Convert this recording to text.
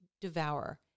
devour